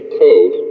code